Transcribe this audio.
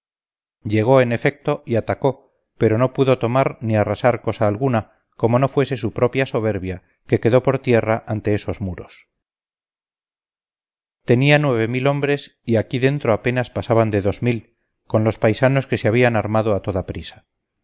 llegó en efecto y atacó pero no pudo tomar ni arrasar cosa alguna como no fuese su propia soberbia que quedó por tierra ante esos muros tenía hombres y aquí dentro apenas pasaban de con los paisanos que se habían armado a toda prisa